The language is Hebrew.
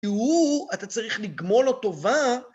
תיאור, אתה צריך לגמול עוד טובה.